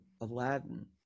aladdin